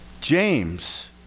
James